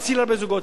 הדבר השני,